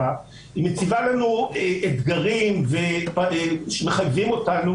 --- מציבה לנו אתגרים שמחייבים אותנו